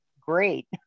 great